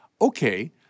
Okay